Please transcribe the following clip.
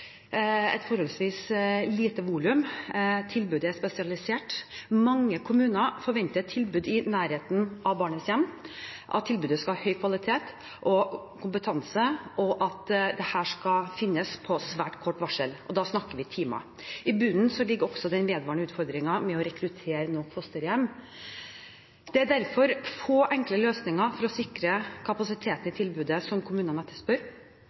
et forholdsvis lite volum. Tilbudet er spesialisert. Mange kommuner forventer et tilbud i nærheten av barnets hjem, at tilbudet skal ha høy kvalitet og kompetanse, og at dette skal finnes på svært kort varsel, og da snakker vi om timer. I bunnen ligger også den vedvarende utfordringen med å rekruttere nok fosterhjem. Det er derfor få enkle løsninger for å sikre kapasiteten i tilbudet som kommunene